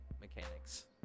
mechanics